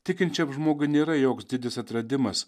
tikinčiam žmogui nėra joks didis atradimas